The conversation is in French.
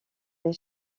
les